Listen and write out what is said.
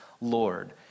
Lord